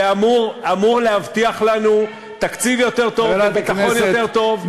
שאמור להבטיח לנו תקציב יותר טוב וביטחון יותר טוב,